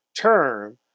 term